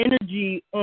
energy